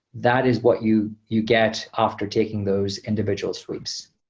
that is what you you get after taking those individual sweeps.